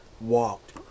walked